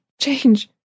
Change